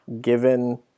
given